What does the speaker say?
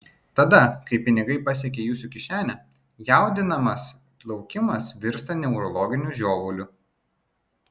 tada kai pinigai pasiekia jūsų kišenę jaudinamas laukimas virsta neurologiniu žiovuliu